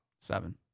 seven